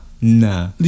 Nah